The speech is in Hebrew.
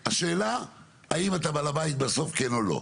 השאלה אם אתה בעל הבית בסוף כן או לא.